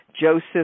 Joseph